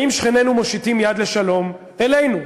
האם שכנינו מושיטים יד לשלום אלינו?